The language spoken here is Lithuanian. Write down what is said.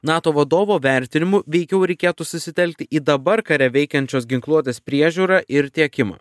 nato vadovo vertinimu veikiau reikėtų susitelkti į dabar kare veikiančios ginkluotės priežiūrą ir tiekimą